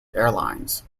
airlines